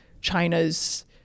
China's